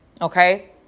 okay